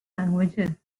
languages